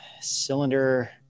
cylinder